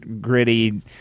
gritty